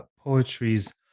poetry's